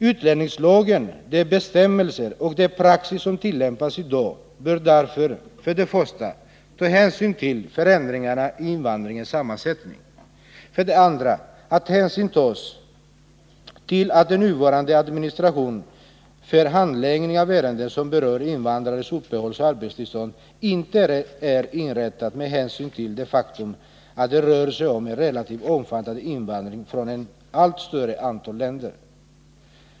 Utlänningslagen samt de bestämmelser och den praxis som tillämpas i dag bör därför för det första ta hänsyn till 39 För det andra bör man ta hänsyn till att den nuvarande administrationen för handläggning av ärenden som berör invandrares uppehållsoch arbetstillstånd inte är inrättad med tanke på det faktum att det rör sig om en relativt omfattande invandring från ett allt större antal länder.